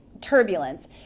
turbulence